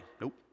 Nope